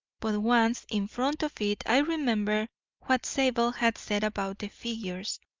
but once in front of it i remembered what zabel had said about the figures,